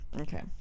Okay